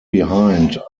behind